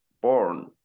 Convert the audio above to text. born